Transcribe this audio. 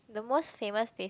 the most famous pace